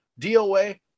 DOA